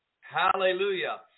Hallelujah